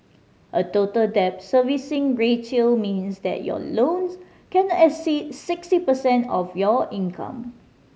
a Total Debt Servicing Ratio means that your loans can exceed sixty percent of your income